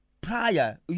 prior